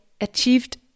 achieved